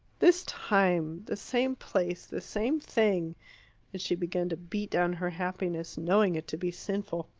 this time the same place the same thing and she began to beat down her happiness, knowing it to be sinful.